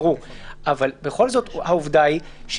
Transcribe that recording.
אבל אין הגבלה לאותו יישוב.